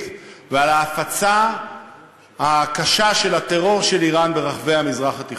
ועל ההפצה הקשה של הטרור של איראן ברחבי המזרח התיכון.